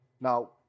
Now